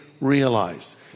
realize